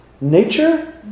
Nature